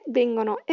vengono